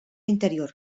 interior